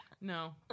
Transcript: no